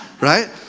right